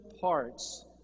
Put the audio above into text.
parts